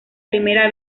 primera